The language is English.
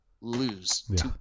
lose